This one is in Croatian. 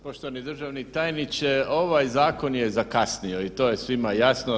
Poštovani državni tajniče, ovaj zakon je zakasnio i to je svima jasno.